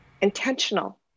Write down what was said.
intentional